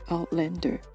Outlander